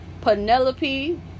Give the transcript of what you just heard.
penelope